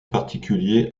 particulier